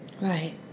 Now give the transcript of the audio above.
Right